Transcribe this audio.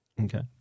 Okay